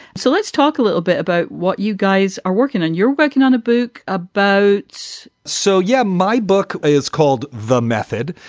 so let's talk a little bit about what you guys are working on. you're working on a book about so, yeah. my book is called the method,